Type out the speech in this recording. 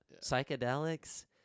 psychedelics